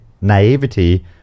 naivety